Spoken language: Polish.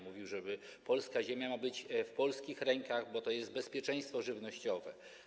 Mówił, że polska ziemia ma być w polskich rękach, bo tu chodzi o bezpieczeństwo żywnościowe.